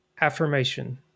affirmation